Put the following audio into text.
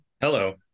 hello